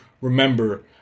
remember